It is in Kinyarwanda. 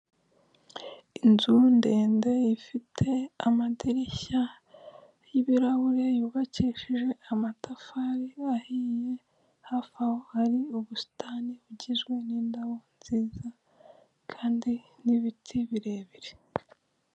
Inzu ndende ifite amadirishya y'ibirahure yubakishije amatafari ahiye, hafi aho hari ubusitani bugizwe n'indabo nziza kandi n'ibiti birebire.